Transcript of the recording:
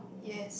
yes